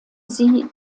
sie